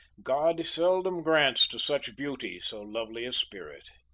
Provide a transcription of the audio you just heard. god seldom grants to such beauty, so lovely a spirit.